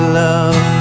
love